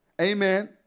Amen